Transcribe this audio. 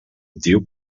diu